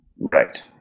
Right